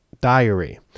diary